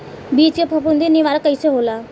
बीज के फफूंदी निवारण कईसे होला?